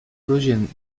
projenin